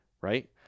Right